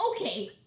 Okay